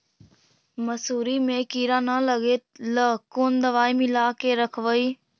मसुरी मे किड़ा न लगे ल कोन दवाई मिला के रखबई?